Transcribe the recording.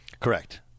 Correct